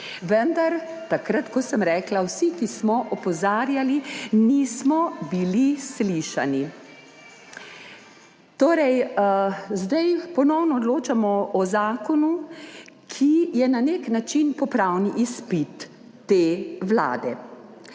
Vendar takrat, kot sem rekla, vsi, ki smo opozarjali, nismo bili slišani. Zdaj ponovno odločamo o zakonu, ki je na nek način popravni izpit te vlade.